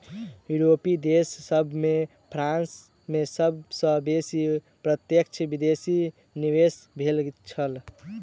यूरोपीय देश सभ में फ्रांस में सब सॅ बेसी प्रत्यक्ष विदेशी निवेश भेल छल